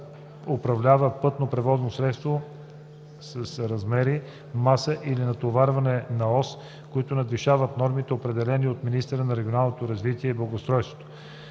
управлява пътно превозно средство с размери, маса или натоварване на ос, които надвишават нормите, определени от министъра на регионалното развитие и благоустройството;